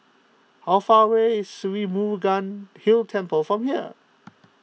how far away is Sri Murugan Hill Temple from here